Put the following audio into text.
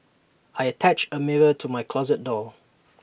I attached A mirror to my closet door